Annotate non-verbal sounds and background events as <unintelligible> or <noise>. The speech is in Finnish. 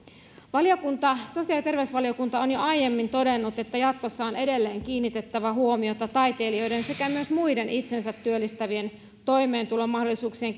sosiaali ja terveysvaliokunta on jo aiemmin todennut että jatkossa on edelleen kiinnitettävä huomiota taiteilijoiden sekä myös muiden itsensä työllistävien toimeentulomahdollisuuksien <unintelligible>